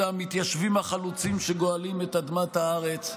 המתיישבים החלוצים שגואלים את אדמת הארץ.